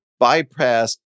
bypassed